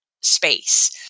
space